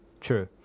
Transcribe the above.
True